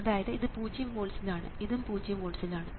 അതായത് ഇത് പൂജ്യം വോൾട്സ്ൽ ആണ് ഇതും പൂജ്യം വോൾട്സ്ൽ ആണ്